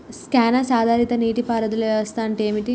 Censor ఆధారిత నీటి పారుదల వ్యవస్థ అంటే ఏమిటి?